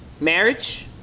marriage